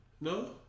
no